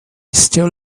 still